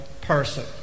person